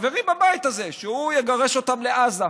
חברים בבית הזה, שהוא יגרש אותם לעזה.